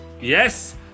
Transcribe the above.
Yes